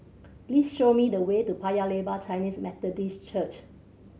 please show me the way to Paya Lebar Chinese Methodist Church